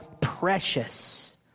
precious